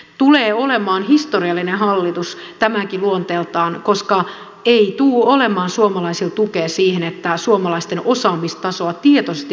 tulee olemaan historiallinen hallitus tämäkin luonteeltaan koska ei tule olemaan suomalaisilta tukea siihen että suomalaisten osaamistasoa tietoisesti politiikkapäätöksin lasketaan